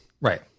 Right